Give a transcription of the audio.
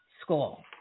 school